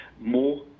more